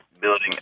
building